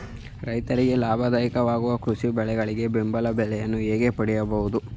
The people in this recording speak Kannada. ರೈತರಿಗೆ ಲಾಭದಾಯಕ ವಾಗುವ ಕೃಷಿ ಬೆಳೆಗಳಿಗೆ ಬೆಂಬಲ ಬೆಲೆಯನ್ನು ಹೇಗೆ ಪಡೆಯಬಹುದು?